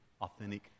authentic